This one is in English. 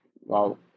Wow